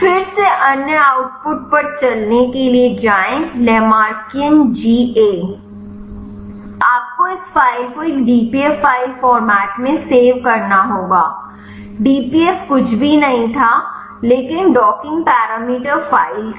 फिर से अन्य आउटपुट पर चलने के लिए जाएं लैमार्कियन जीए आपको इस फाइल को एक dpf फाइल फॉर्मेट में सेव करना होगा dpf कुछ भी नहीं था लेकिन डॉकिंग पैरामीटर फाइल थी